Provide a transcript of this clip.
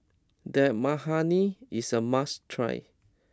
Dal Makhani is a must try